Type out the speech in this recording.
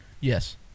Yes